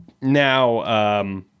now